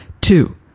Two